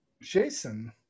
Jason